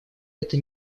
это